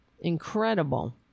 Incredible